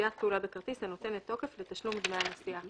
"עשיית פעולה בכרטיס הנותנת תוקף לתשלום דמי נסיעה".